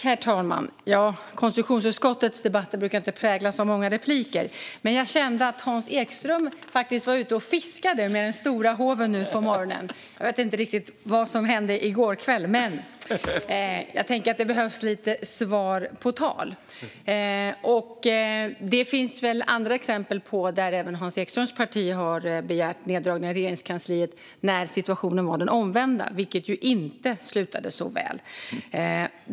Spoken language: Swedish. Herr talman! Konstitutionsutskottets debatter brukar ju inte präglas av många repliker, men jag kände att Hans Ekström faktiskt var ute och fiskade med den stora håven nu på morgonen. Jag vet inte riktigt vad som hände i går kväll. Men jag tänker att det behövs lite svar på tal. Det finns exempel på att även Hans Ekströms parti begärt neddragningar i Regeringskansliet när situationen varit den omvända, vilket inte slutade så väl.